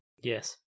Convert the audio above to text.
Yes